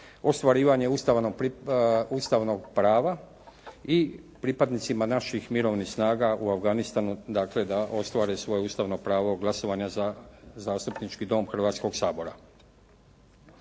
ostvarivanje ustavnog prava i pripadnicima naših mirovnih snaga u Afganistanu, dakle, da ostare svoje ustavno pravo glasovanja za zastupnički dom Hrvatskoga sabora.